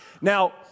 Now